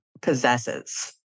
possesses